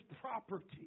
property